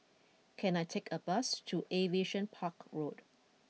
can I take a bus to Aviation Park Road